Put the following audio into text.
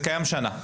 זה קיים שנה.